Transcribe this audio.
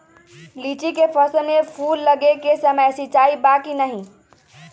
लीची के फसल में फूल लगे के समय सिंचाई बा कि नही?